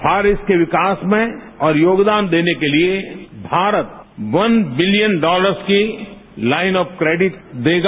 for East के विकास में और योगदान देने के लिए भारत वन बिलियन डॉलर्स की लाइन ऑफ क्रेडिट देगा